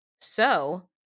So